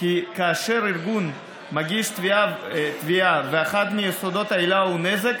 כי כאשר ארגון מגיש תביעה ואחד מיסודות העילה הוא נזק,